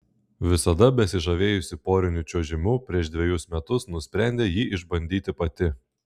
visada besižavėjusi poriniu čiuožimu prieš dvejus metus nusprendė jį išbandyti pati